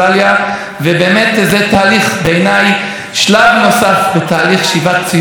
שלב נוסף בתהליך שיבת ציון שאנחנו זוכים לה: אחרי שהקמנו את המדינה,